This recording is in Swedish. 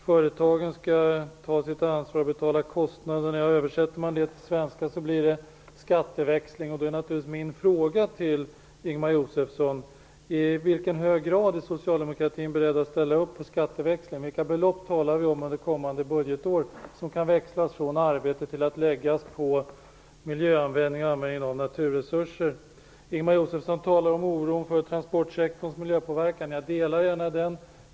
Företagen skall ta sitt ansvar och betala kostnaderna. Översätter man det till svenska blir det skatteväxling. Då blir min fråga till Ingemar Josefsson: I vilken grad är socialdemokratin beredd att ställa upp på skatteväxling? Vilka belopp kan under kommande budgetår växlas från arbete till att läggas på miljöanvändning och användningen av naturresurser? Ingemar Josefsson talar om oron för transportsektorns miljöpåverkan. Jag delar gärna den.